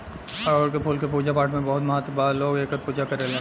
अढ़ऊल के फूल के पूजा पाठपाठ में बहुत महत्व बा लोग एकर पूजा करेलेन